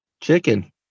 Chicken